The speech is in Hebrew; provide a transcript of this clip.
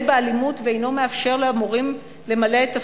באלימות ואינו מאפשר למורים למלא את תפקידם,